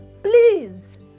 please